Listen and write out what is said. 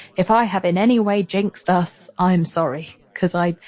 if i have in any way jinxed us, i'm sorry. cause i,